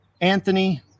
Anthony